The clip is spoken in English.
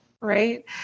right